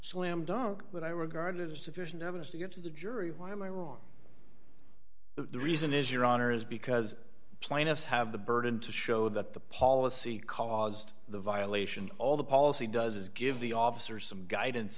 slam dunk but i regard it as sufficient evidence to get to the jury why am i wrong the reason is your honor is because plaintiffs have the burden to show that the policy caused the violations all the policy does is give the officer some guidance